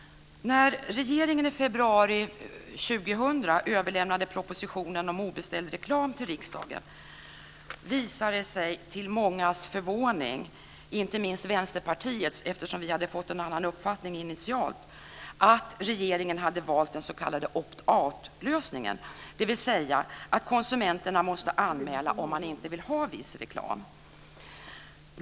När regeringen i februari 2000 överlämnade propositionen om obeställd reklam till riksdagen visade det sig till mångas förvåning - inte minst Vänsterpartiets, eftersom vi hade fått en annan uppfattning initialt - att regeringen hade valt den s.k. opt outlösningen, dvs. att konsumenterna måste anmäla om de inte vill ha viss reklam.